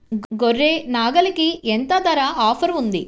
గొర్రె, నాగలికి ఎంత ధర ఆఫర్ ఉంది?